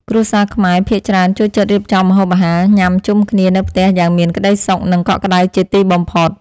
គ្រួសារខ្មែរភាគច្រើនចូលចិត្តរៀបចំម្ហូបអាហារញ៉ាំជុំគ្នានៅផ្ទះយ៉ាងមានក្ដីសុខ និងកក់ក្ដៅជាទីបំផុត។